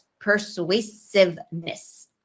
persuasiveness